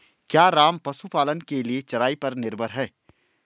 क्या राम पशुपालन के लिए चराई पर निर्भर है?